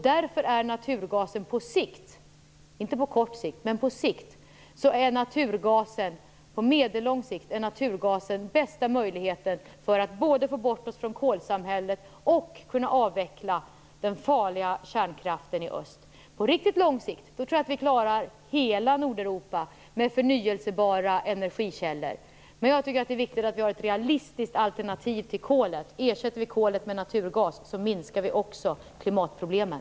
Därför ger naturgasen på medellång sikt den bästa möjligheten att lämna kolsamhället och att avveckla den farliga kärnkraften i öst. På riktigt lång sikt tror jag att vi klarar hela Nordeuropa med förnybara energikällor, men jag tycker att det är viktigt att vi har ett realistiskt alternativ till kolet. Ersätter vi kolet med naturgas så minskar vi också klimatproblemen.